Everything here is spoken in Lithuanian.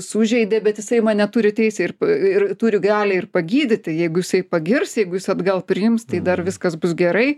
sužeidė bet jisai mane turi teisę ir pa ir turi galią ir pagydyti jeigu jisai pagirs jeigu jis atgal priims tai dar viskas bus gerai